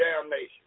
damnation